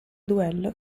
duello